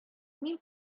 мин